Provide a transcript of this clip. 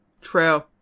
True